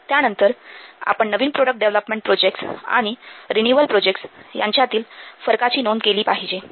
त्यांनतर आपण नवीन प्रोडक्ट डेव्हलपमेंट प्रोजेक्टस आणि रिन्यूअल प्रोजेक्टस यांच्यातील फरकाची नोंद केली पाहिजे